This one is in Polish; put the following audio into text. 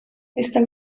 jestem